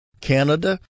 Canada